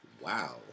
Wow